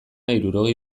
hirurogei